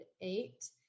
eight